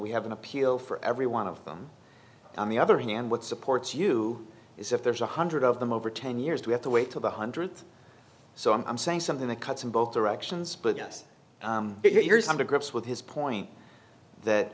we have an appeal for every one of them on the other hand what supports you is if there's one hundred of them over ten years we have to wait to one hundred so i'm saying something that cuts in both directions but yes if you're some to grips with his point that